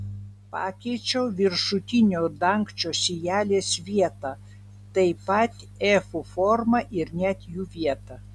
pakeičiau viršutinio dangčio sijelės vietą taip pat efų formą ir net jų vietą